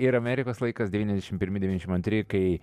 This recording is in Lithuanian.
ir amerikos laikas devyniasdešimt pirmi devyniasdešimt antri kai